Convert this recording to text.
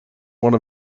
one